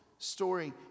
Story